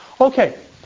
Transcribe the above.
Okay